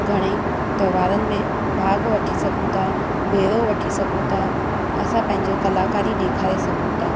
घणेई तहिंवारनि में बाॻ वठी सघूं था बेरो वठी सघूं था असां पंहिंजो कलाकारी ॾेखारे सघूं था